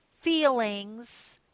feelings